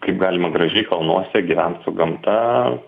kaip galima gražiai kalnuose gyvent su gamta